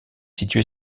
située